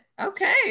okay